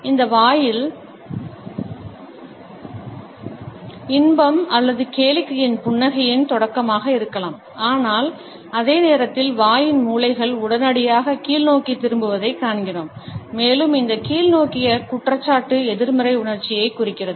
இது வாயில் இன்பம் அல்லது கேளிக்கைகளின் புன்னகையின் தொடக்கமாக இருக்கலாம் ஆனால் அதே நேரத்தில் வாயின் மூலைகள் உடனடியாக கீழ்நோக்கித் திரும்புவதைக் காண்கிறோம் மேலும் இந்த கீழ்நோக்கிய குற்றச்சாட்டு எதிர்மறை உணர்ச்சியைக் குறிக்கிறது